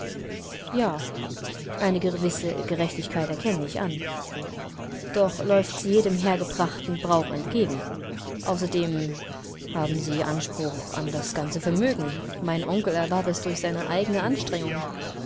ja eine gewisse gerechtigkeit erkenne ich an doch läuft sie jedem hergebrachten brauch entgegen außerdem haben sie anspruch an das ganze vermögen mein onkel erwarb es durch seine eigenen anstrengungen